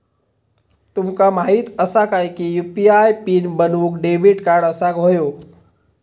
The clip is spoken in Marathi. तुमका माहित असा काय की यू.पी.आय पीन बनवूक डेबिट कार्ड असाक व्हयो